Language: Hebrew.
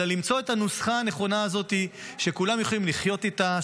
אלא למצוא את הנוסחה הנכונה הזאת שכולם יכולים לחיות איתה,